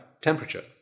temperature